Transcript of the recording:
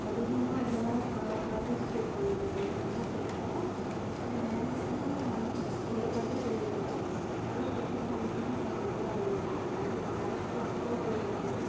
அதிகமாக அதில் தான் பார்ட்டிஷ்பேட் பண்ணுவேன் எனக்கு ரொம்ப பிடிக்கும் டான்ஸுனா இந்த பாட்டுக்கு நல்ல குத்து சாங்ஸுனா செம்மையாக ஆடுவேன் எனக்கு டான்ஸ் டான்ஸ் கிளோஸுக்குலாம் போயிருக்கேன்